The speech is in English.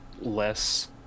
less